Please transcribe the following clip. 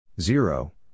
Zero